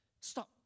stop